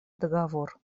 договор